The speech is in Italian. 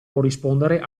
corrispondere